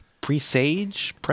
Presage